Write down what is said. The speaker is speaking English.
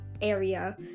area